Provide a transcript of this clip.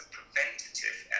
preventative